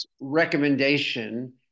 recommendation